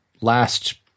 last